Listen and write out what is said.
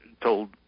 told